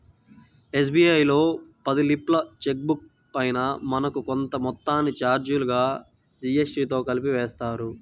SBI లో పది లీఫ్ల చెక్ బుక్ పైన మనకు కొంత మొత్తాన్ని చార్జీలుగా జీఎస్టీతో కలిపి వేస్తారు